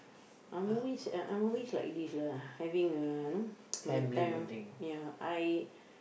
I'm always uh I'm always like this lah having uh you know my time I